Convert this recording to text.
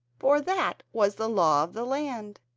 for that was the law of the land.